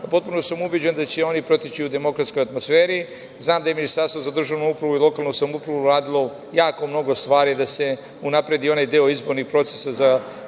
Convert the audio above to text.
potpuno sam ubeđen da će oni proteći u demokratskoj atmosferi. Znam da je Ministarstvo za državnu upravu i lokalnu samoupravu uradilo jako mnogo stvari da se unapredi onaj deo izbornog procesa za